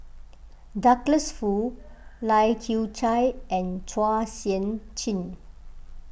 Douglas Foo Lai Kew Chai and Chua Sian Chin